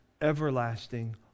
everlasting